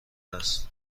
است